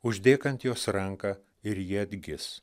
uždėk ant jos ranką ir ji atgis